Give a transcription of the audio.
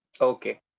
Okay